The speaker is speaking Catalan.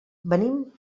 venim